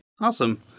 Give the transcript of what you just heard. Awesome